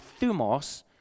thumos